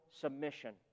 submission